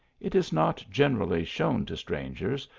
it is not generally shown to strangers,